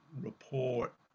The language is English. report